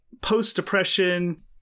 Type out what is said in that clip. post-depression